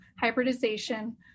hybridization